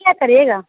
क्या करिएगा